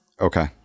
Okay